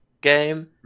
game